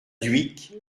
dhuicq